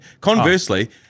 Conversely